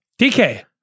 DK